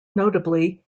notably